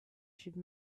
should